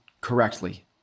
correctly